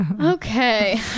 Okay